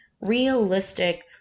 realistic